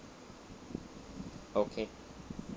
okay